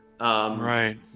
right